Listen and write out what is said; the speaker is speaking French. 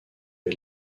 est